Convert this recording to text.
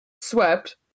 swept